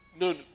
no